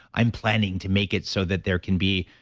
i'm planning to make it so that there can be,